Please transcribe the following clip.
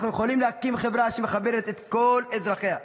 אנחנו יכולים להקים חברה שמכבדת את כל אזרחיה,